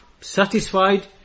satisfied